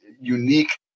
unique